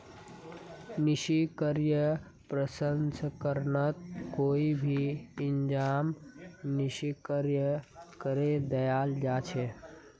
निष्क्रिय प्रसंस्करणत कोई भी एंजाइमक निष्क्रिय करे दियाल जा छेक